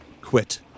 quit